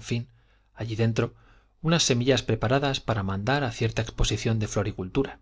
fin allí dentro unas semillas preparadas para mandar a cierta exposición de floricultura